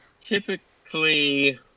typically